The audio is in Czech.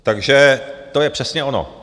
Takže to je přesně ono.